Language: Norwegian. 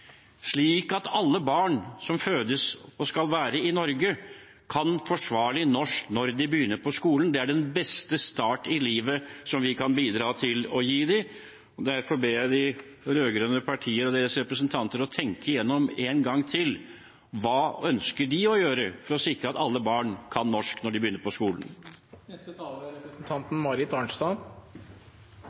slik at alle barn som fødes og skal være i Norge, kan forsvarlig norsk når de begynner på skolen. Det er den beste start i livet som vi kan gi dem, og derfor ber jeg de rød-grønne partienes representanter om å tenke igjennom en gang til hva de ønsker å gjøre for å sikre at alle barn kan norsk når de begynner på skolen. Senterpartiet står sjølsagt helt og fullt bak at det er